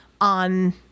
on